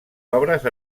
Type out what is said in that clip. obres